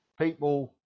people